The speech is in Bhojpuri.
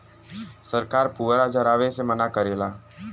सरकार पुअरा जरावे से मना करेला